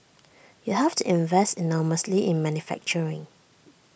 you have to invest enormously in manufacturing